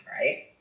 right